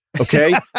Okay